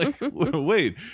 wait